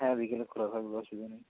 হ্যাঁ বিকেলে খোলা থাকবে অসুবিধা নেই